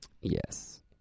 Yes